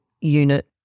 unit